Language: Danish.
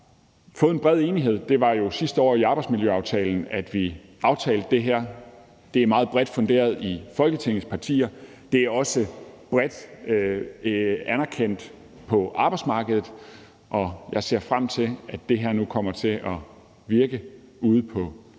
vi har fået en bred enighed. Det var jo sidste år i arbejdsmiljøaftalen, at vi aftalte det her. Det er meget bredt funderet i Folketingets partier. Det er også bredt anerkendt på arbejdsmarkedet, og jeg ser frem til, at det her nu kommer til at virke ude på byggepladserne